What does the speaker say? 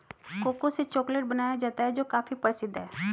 cocoa से chocolate बनाया जाता है जो काफी प्रसिद्ध है